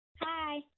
Hi